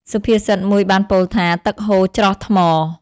សុភាសិតមួយបានពោលថា "ទឹកហូរ ច្រោះថ្ម"។